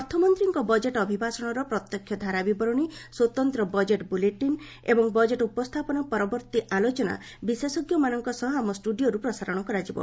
ଅର୍ଥମନ୍ତ୍ରୀଙ୍କ budget ଅଭିଭାଷଣର ପ୍ରତ୍ୟକ୍ଷ ଧାରାବିବରଣୀ ସ୍ୱତନ୍ତ୍ର ବଜେଟ୍ ବୁଲେଟିନ୍ ଏବଂ ବଜେଟ୍ ଉପସ୍ଥାପନା ପରବର୍ତ୍ତୀ ଆଲୋଚନା ବିଶେଷଜ୍ଞମାନଙ୍କ ସହ ଆମ ଷ୍ଟୁଡିଓରୁ ପ୍ରସାରଣ କରାଯିବ